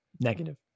negative